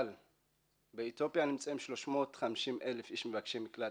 אבל באתיופיה נמצאים 350,000 מבקשי מקלט.